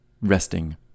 resting